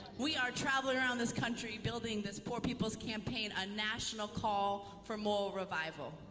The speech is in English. we are traveling around this country building this poor people's campaign, a national call for moral revival.